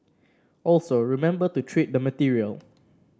also remember to treat the material